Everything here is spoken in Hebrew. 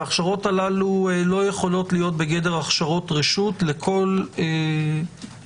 והן לא יכולות להיות בגדר הכשרות רשות לכל מי